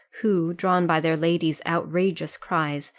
who, drawn by their lady's outrageous cries,